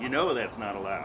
you know that's not allo